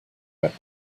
out